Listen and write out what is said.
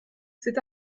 c’est